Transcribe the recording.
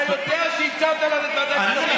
אתה יודע שהצעת לנו את ועדת כספים,